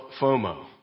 FOMO